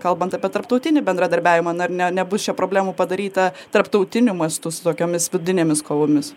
kalbant apie tarptautinį bendradarbiavimą na ar ne nebus čia problemų padaryta tarptautiniu mastu su tokiomis vidinėmis kovomis